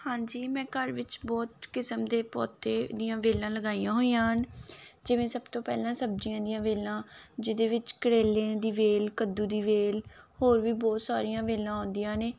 ਹਾਂਜੀ ਮੈਂ ਘਰ ਵਿੱਚ ਬਹੁਤ ਕਿਸਮ ਦੇ ਪੌਦੇ ਦੀਆਂ ਵੇਲਾਂ ਲਗਾਈਆਂ ਹੋਈਆਂ ਹਨ ਜਿਵੇਂ ਸਭ ਤੋਂ ਪਹਿਲਾਂ ਸਬਜ਼ੀਆਂ ਦੀਆਂ ਵੇਲਾਂ ਜਿਹਦੇ ਵਿੱਚ ਕਰੇਲਿਆਂ ਦੀ ਵੇਲ ਕੱਦੂ ਦੀ ਵੇਲ ਹੋਰ ਵੀ ਬਹੁਤ ਸਾਰੀਆਂ ਵੇਲਾਂ ਆਉਂਦੀਆਂ ਨੇ